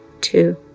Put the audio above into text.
two